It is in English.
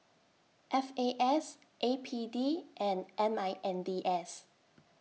F A S A P D and M I N D S